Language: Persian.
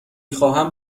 خواهم